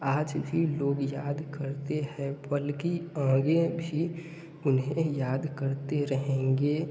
आज भी लोग याद करते हैं बल्कि आगे भी उन्हें याद करते रहेंगे